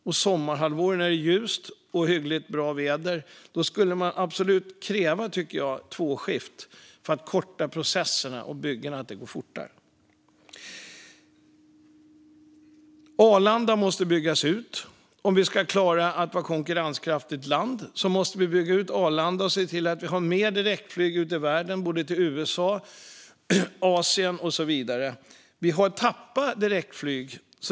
Under sommarhalvåret, när det är ljust och hyggligt bra väder, tycker jag att man ska kräva två skift för att korta processerna så att byggandet går fortare. Arlanda måste byggas ut. Om vi ska klara att vara ett konkurrenskraftigt land måste vi bygga ut Arlanda och se till att vi har fler direktflyg ut i världen, till USA och Asien och så vidare. Vi har tappat direktflyg.